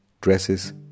Dresses